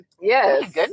Yes